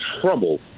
trouble